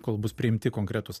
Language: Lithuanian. kol bus priimti konkretūs